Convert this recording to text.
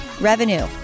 revenue